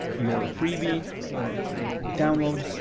your freebie or download